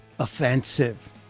Offensive